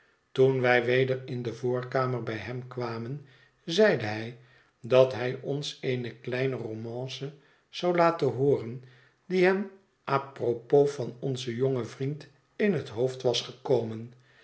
toen wij weder in de voorkamer bij hem kwamen zeide hij dat hij ons eene kleine romance zou laten hooren die hem apropos van onzen jongen vriend in het hoofd was gekomen